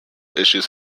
issues